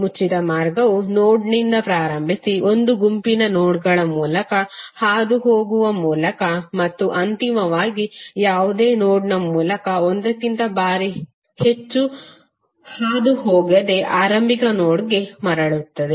ಮುಚ್ಚಿದ ಮಾರ್ಗವು ನೋಡ್ನಿಂದ ಪ್ರಾರಂಭಿಸಿ ಒಂದು ಗುಂಪಿನ ನೋಡ್ಗಳ ಮೂಲಕ ಹಾದುಹೋಗುವ ಮೂಲಕ ಮತ್ತು ಅಂತಿಮವಾಗಿ ಯಾವುದೇ ನೋಡ್ನ ಮೂಲಕ ಒಂದಕ್ಕಿಂತ ಹೆಚ್ಚು ಬಾರಿ ಹಾದುಹೋಗದೆ ಆರಂಭಿಕ ನೋಡ್ಗೆ ಮರಳುತ್ತದೆ